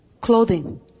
clothing